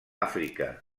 àfrica